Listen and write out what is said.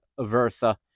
versa